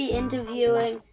interviewing